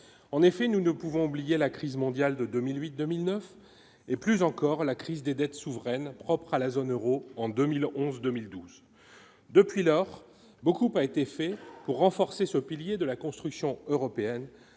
en effet, nous ne pouvons oublier la crise mondiale de 2008 2009 et plus encore la crise des dettes souveraines, propre à la zone Euro en 2011, 2012, depuis lors, beaucoup a été fait pour renforcer ce pilier de la construction européenne,